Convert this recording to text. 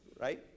right